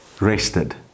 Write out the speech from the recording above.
rested